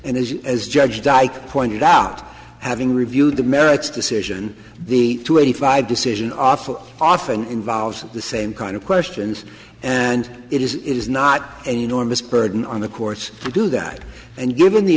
and as as judge dyke pointed out having reviewed the merits decision the two eighty five decision awful often involves the same kind of questions and it is not an enormous burden on the course you do that and given the